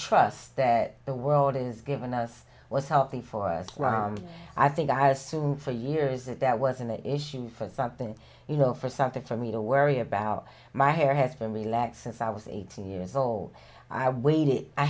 trust that the world is given us what's healthy for us i think i assume for years if that was an issue for something you know for something for me to worry about my hair has been relaxed since i was eighteen years old i weighed i